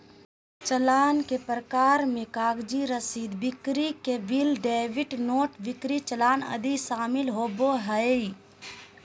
चालान के प्रकार मे कागजी रसीद, बिक्री के बिल, डेबिट नोट, बिक्री चालान आदि शामिल होबो हय